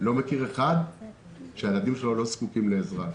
לא מכיר אחד שהילדים שלו לא זקוקים לעזרה.